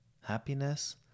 Happiness